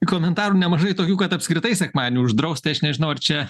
komentarų nemažai tokių kad apskritai sekmadienį uždraust tai aš nežinau ar čia